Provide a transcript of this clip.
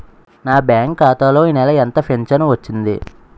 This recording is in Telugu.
నా బ్యాంక్ ఖాతా లో ఈ నెల ఎంత ఫించను వచ్చింది?